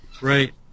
Right